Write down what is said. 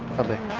of the